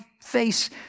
face